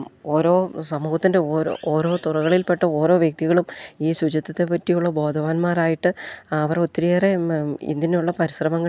ഓരോ സമൂഹത്തിൻ്റെ ഓരോ ഓരോ തുറകളിൽ പെട്ട ഓരോ വ്യക്തികളും ഈ ശുചിത്വത്തെ പറ്റിയുള്ള ബോധവാന്മാരായിട്ട് അവർ ഒത്തിരിയേറെ ഇതിനുള്ള പരിശ്രമങ്ങളിലൂടെ